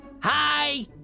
Hi